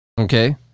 Okay